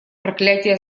проклятия